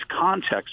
context